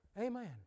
Amen